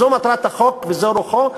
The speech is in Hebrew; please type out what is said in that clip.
זו מטרת החוק וזו רוחו,